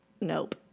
Nope